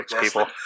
people